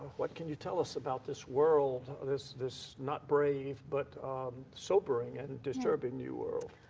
what can you tell us about this world, this this not brave but sobering and disturbing new world?